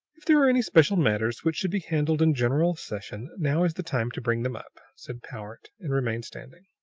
if there are any special matters which should be handled in general session, now is the time to bring them up, said powart, and remained standing.